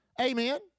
Amen